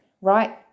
Right